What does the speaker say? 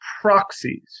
proxies